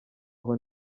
aho